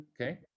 okay